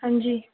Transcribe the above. ہاں جی